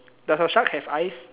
does your shark have eyes